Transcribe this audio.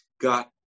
got